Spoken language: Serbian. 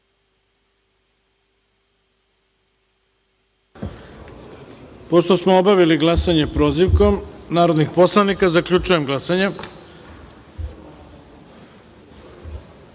Pošto smo obavili glasanje prozivkom narodnih poslanika, zaključujem glasanje. Pauza